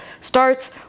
starts